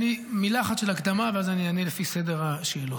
מילה אחת של הקדמה, ואז אני אענה לפי סדר השאלות.